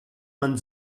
man